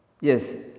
Yes